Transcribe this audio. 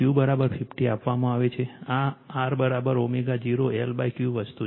તેથી Q50 આપવામાં આવે છે આ Rω0 LQ વસ્તુ છે